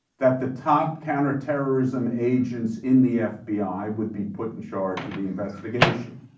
that the top counter-terrorism agents in the fbi would be put in charge of the investigation.